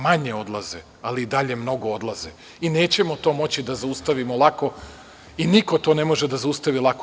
Manje odlaze, ali i dalje mnogo odlaze i nećemo to moći da zaustavimo lako i niko to ne može da zaustavi lako.